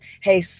hey